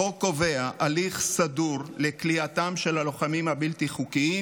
החוק קובע הליך סדור לכליאתם של הלוחמים הבלתי-חוקיים,